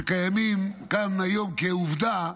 שקיימים היום כעובדה,